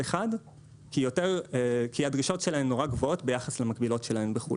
כי הדרישות שלהן נורא גבוהות ביחס למקבילות שלהן בחו"ל.